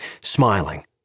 smiling